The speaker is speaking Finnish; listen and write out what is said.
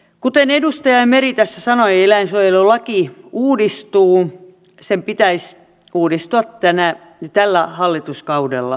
kuten edustaja meri tässä sanoi eläinsuojelulaki uudistuu sen pitäisi uudistua tällä hallituskaudella